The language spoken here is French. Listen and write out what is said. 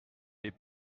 les